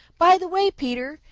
by the way, peter,